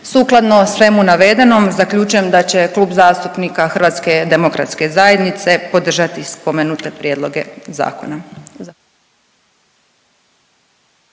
Sukladno svemu navedenom zaključujem da će Klub zastupnika HDZ-a podržati spomenute prijedloge zakona.